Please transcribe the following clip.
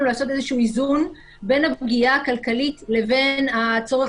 לעשות איזשהו איזון בין הפגיעה הכלכלית לבין הצורך